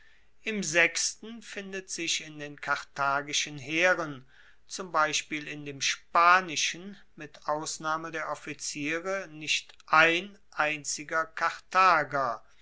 im sechsten findet sich in den karthagischen heeren zum beispiel in dem spanischen mit ausnahme der offiziere nicht ein einziger karthager